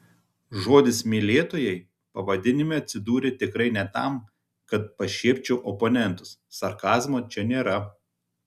žodis mylėtojai pavadinime atsidūrė tikrai ne tam kad pašiepčiau oponentus sarkazmo čia nėra